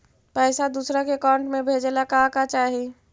पैसा दूसरा के अकाउंट में भेजे ला का का चाही?